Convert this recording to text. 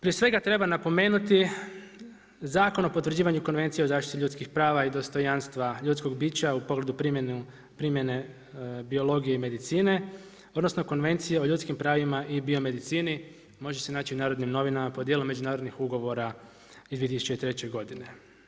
Prije svega treba napomenuti Zakon o potvrđivanju Konvencije o zaštititi ljudskih prava i dostojanstva ljudskog bića u pogledu primjene biologije i medicine, odnosno Konvencije o ljudskim pravima i biomedicini može se naći u Narodnim novinama pod djelom međunarodnih ugovora iz 2003. godine.